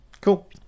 Cool